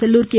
Sellur K